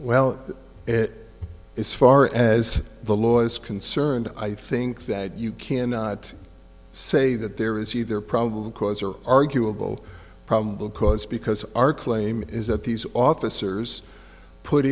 is far as the law is concerned i think that you cannot say that there is either probable cause or arguable probable cause because our claim is that these officers put